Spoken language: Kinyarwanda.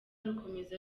rukomeza